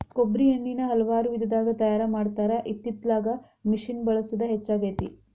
ಕೊಬ್ಬ್ರಿ ಎಣ್ಣಿನಾ ಹಲವಾರು ವಿಧದಾಗ ತಯಾರಾ ಮಾಡತಾರ ಇತ್ತಿತ್ತಲಾಗ ಮಿಷಿನ್ ಬಳಸುದ ಹೆಚ್ಚಾಗೆತಿ